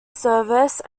service